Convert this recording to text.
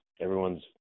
Everyone's